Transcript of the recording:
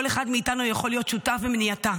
כל אחד מאיתנו יכול להיות שותף במניעתה,